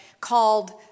called